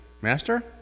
Master